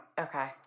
Okay